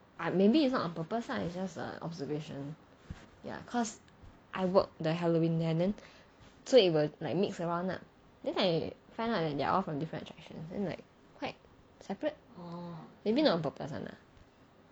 maybe it's not on purpose lah it's just a observation ya cause I work the halloween there so we were like mix around lah then I find out when they are all from different attractions then like quite separate maybe not on purpose [one] lah